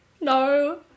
No